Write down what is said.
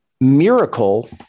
miracle